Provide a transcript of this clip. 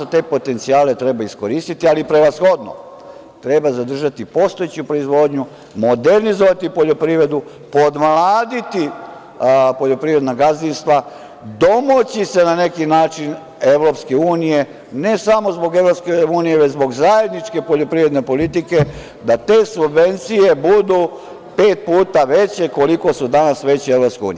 Te potencijale treba iskoristiti, ali prevashodno, treba zadržati postojeću proizvodnju, modernizovati poljoprivredu, podmladiti poljoprivredna gazdinstva, domoći se na neki način EU, ne samo zbog EU, već zbog zajedničke poljoprivredne politike da te subvencije budu pet puta veće koliko su danas veće EU.